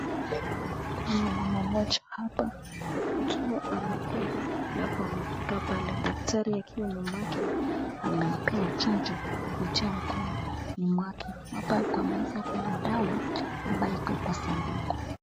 Kuna mama mmoja hapa akiwa amekuja halafu amekaa pale, daktari akiwa nyuma yake anampea chanjo kupitia mkononi mwake, hapa kwa meza kuna dawa ambayo iko kwa sanduku.